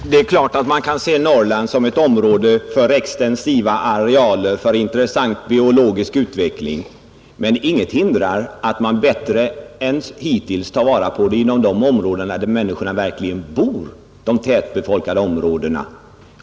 Fru talman! Det är klart att man kan se Norrland såsom ett område med extensiva arealer för intressant biologisk utveckling. Men ingenting hindrar att man bättre än hittills tar vara på det inom de områden där människorna verkligen bor, de tättbefolkade områdena.